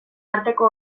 arteko